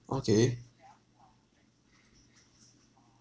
okay